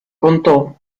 contó